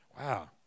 Wow